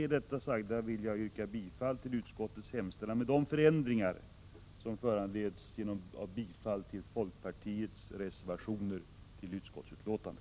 Med det sagda vill jag yrka bifall till utskottets hemställan med de förändringar som föranleds av bifall till folkpartiets reservationer till utskottets betänkande.